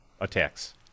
attacks